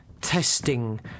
Testing